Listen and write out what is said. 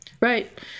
Right